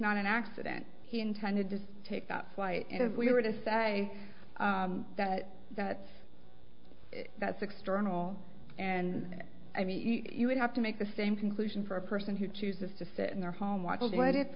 not an accident he intended to take that flight we were to say that that that's external and i mean you would have to make the same conclusion for a person who chooses to sit in their home watching what i